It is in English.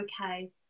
okay